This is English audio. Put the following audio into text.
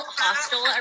hostel